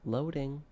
Loading